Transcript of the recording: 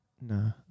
No